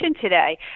today